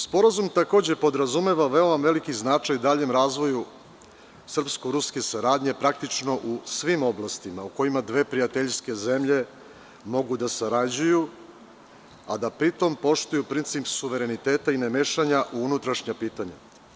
Sporazum takođe podrazumeva veoma veliki značaj daljem razvoju srpsko-ruske saradnje praktično u svim oblastima u kojima dve prijateljske zemlje mogu da sarađuju, a da pri tom poštuju princip suvereniteta i nemešanja u unutrašnja pitanja.